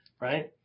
right